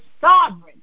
sovereign